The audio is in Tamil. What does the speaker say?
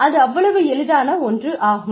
அது அவ்வளவு எளிதான ஒன்று ஆகும்